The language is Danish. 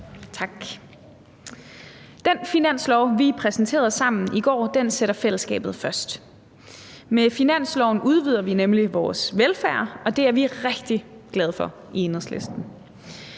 Tak. Den finanslov, vi præsenterede sammen i går, sætter fællesskabet først. Med finansloven udvider vi nemlig vores velfærd, og det er vi rigtig glade for i Enhedslisten.